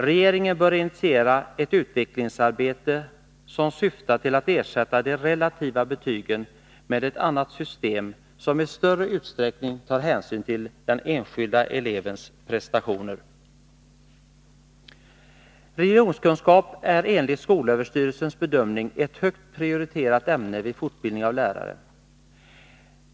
Regeringen bör initiera ett utvecklingsarbete som syftar till att ersätta de relativa betygen med ett annat system, som i större utsträckning tar hänsyn till den enskilda elevens prestationer. Religionskunskap är enligt skolöverstyrelsens bedömning ett högt prioriterat ämne vid fortbildning av lärare.